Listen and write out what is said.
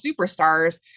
superstars